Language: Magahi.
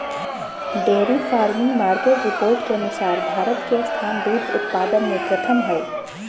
डेयरी फार्मिंग मार्केट रिपोर्ट के अनुसार भारत के स्थान दूध उत्पादन में प्रथम हय